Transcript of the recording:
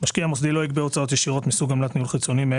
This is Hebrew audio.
משקיע מוסדי לא יגבה הוצאות ישירות מסוג עמלת ניהול חיצוני,